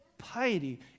piety